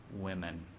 women